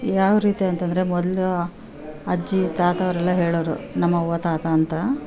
ಯಾವ್ರೀತಿ ಅಂತಂದ್ರೆ ಮೊದಲು ಅಜ್ಜಿ ತಾತ ಅವರೆಲ್ಲ ಹೇಳೋರು ನಮ್ಮವ್ವ ತಾತ ಅಂತ